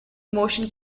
motion